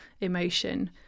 emotion